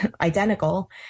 identical